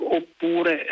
oppure